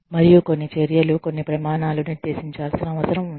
మరియు కొన్ని చర్యలు కొన్ని ప్రమాణాలు నిర్దేశించాల్సిన అవసరం ఉంది